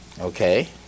Okay